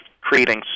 creating